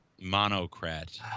Monocrat